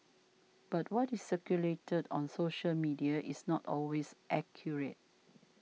but what is circulated on social media is not always accurate